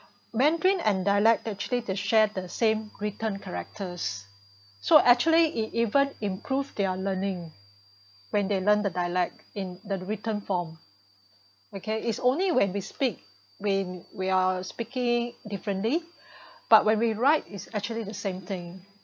mandarin and dialect actually they shared the same written characters so actually it even improve their learning when they learn the dialect in the written form okay it's only when we speak when we are speaking differently but when we write it's actually the same thing